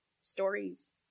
Stories